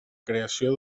creació